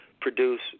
produce